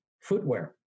footwear